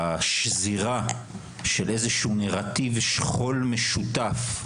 השזירה של איזשהו נרטיב שכול משותף,